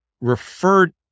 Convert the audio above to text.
referred